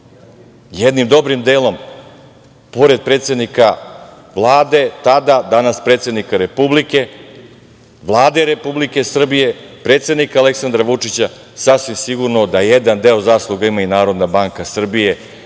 korone. Jednim dobrim delom, pored predsednika Vlade tada, danas predsednika Republike, Vlade Republike Srbije, predsednika Aleksandra Vučića, sasvim sigurno da jedan deo zasluga ima i Narodna banka Srbije